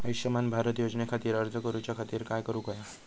आयुष्यमान भारत योजने खातिर अर्ज करूच्या खातिर काय करुक होया?